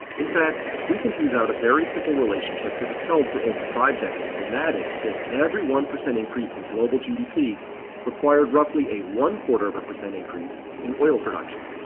in fact, we can tease out a very simple relationship that has held for over five decades and that is that every one percent increase in global gdp required roughly a one-quarter of a percent increase in oil production.